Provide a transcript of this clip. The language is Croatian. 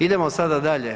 Idemo sada dalje.